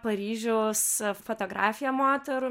paryžiaus fotografija moterų